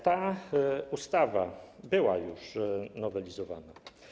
Ta ustawa była już nowelizowana.